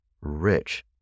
rich